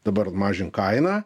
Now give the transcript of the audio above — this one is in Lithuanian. dabar mažink kainą